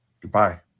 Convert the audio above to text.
Goodbye